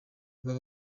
aba